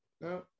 no